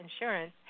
insurance